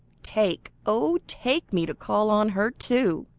take, oh take me to call on her too!